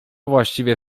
właściwie